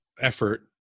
effort